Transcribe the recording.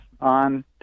on